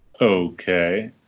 Okay